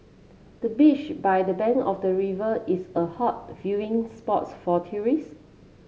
the beach by the bank of the river is a hot viewing spots for tourists